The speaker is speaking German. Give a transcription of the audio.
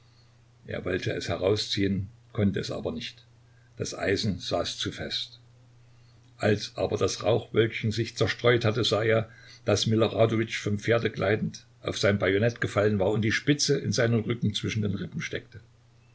er wollte es herausziehen konnte es aber nicht das eisen saß zu fest als aber das rauchwölkchen sich zerstreut hatte sah er daß miloradowitsch vom pferde gleitend auf sein bajonett gefallen war und die spitze in seinem rücken zwischen den rippen steckte